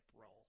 role